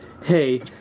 Hey